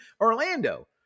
Orlando